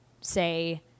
say